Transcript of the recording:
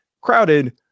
crowded